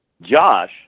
Josh